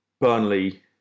Burnley